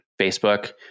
Facebook